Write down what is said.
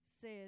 says